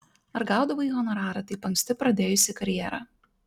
ar gaudavai honorarą taip anksti pradėjusi karjerą